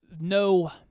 no